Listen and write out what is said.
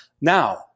now